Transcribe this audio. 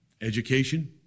education